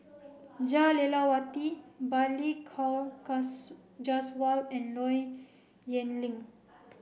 Jah Lelawati Balli Kaur Jaswal and Low Yen Ling